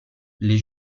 les